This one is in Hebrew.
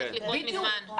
בדיוק.